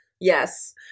Yes